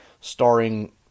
starring